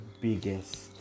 biggest